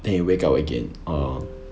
then it wake up again orh